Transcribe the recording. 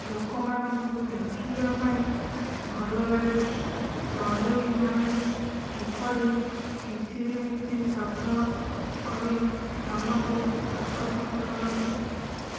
ଲୋକମାନଙ୍କୁ ଦେଖିବା ପାଇଁ ଭଲ ଲାଗେ ଚଢ଼େଇ ମାନେ କିପରି କିଚିରି ମିଚିରି ଶବ୍ଦ କରି ମନକୁ ଆକର୍ଷିତ କରନ୍ତି